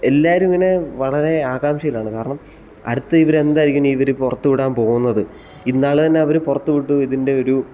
എല്ലാവരും ഇങ്ങനെ വളരെ ആകാംക്ഷയിലാണ് കാരണം അടുത്തത് ഇവർ എന്തായിരിക്കും ഇവർ പുറത്ത് വിടാൻ പോകുന്നത് ഇന്നാള് തന്നെ അവർ പുറത്ത് വിട്ടു ഇതിൻ്റെ ഒരു